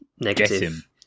negative